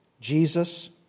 Jesus